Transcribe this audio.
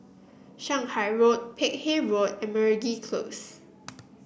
Shanghai Road Peck Hay Road and Meragi Close